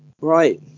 Right